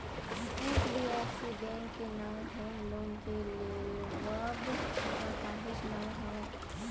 HDFC bank के नांव home loan के लेवब म काहेच नांव हवय